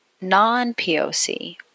non-POC